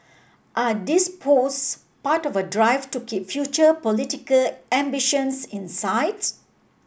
are these posts part of a drive to keep future political ambitions in sight